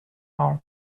our